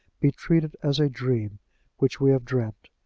be treated as a dream which we have dreamt,